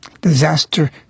Disaster